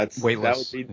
Weightless